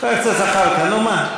חבר הכנסת זחאלקה, נו, מה?